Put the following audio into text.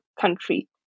country